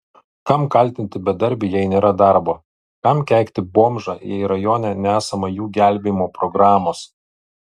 kam kaltinti bedarbį jei nėra darbo kam keikti bomžą jei rajone nesama jų gelbėjimo programos